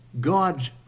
God's